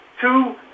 two